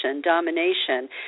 domination